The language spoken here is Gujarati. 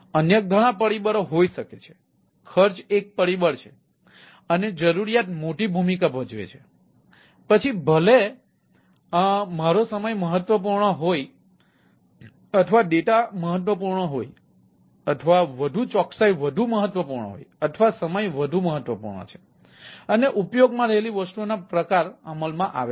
અન્ય ઘણા પરિબળો હોઈ શકે છે ખર્ચ પણ એક પરિબળ છે અને જરૂરિયાત મોટી ભૂમિકા ભજવે છે પછી ભલે મારો સમય મહત્વપૂર્ણ હોય અથવા ડેટા મહત્વપૂર્ણ હોય અથવા વધુ ચોકસાઈ વધુ મહત્વપૂર્ણ હોય અથવા સમય વધુ મહત્વપૂર્ણ છે અને ઉપયોગમાં રહેલી વસ્તુઓનો પ્રકાર અમલમાં આવે છે